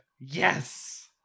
Yes